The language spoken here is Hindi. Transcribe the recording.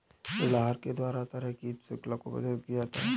ऋण आहार के द्वारा एक तरह की शृंखला को प्रदर्शित किया जाता है